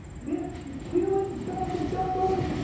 didn't you kill him, sandy duddleton?